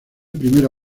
primera